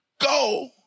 Go